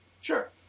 Sure